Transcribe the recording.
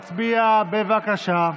להצביע, בבקשה.